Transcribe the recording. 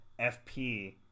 FP